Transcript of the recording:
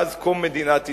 מאז קום מדינת ישראל.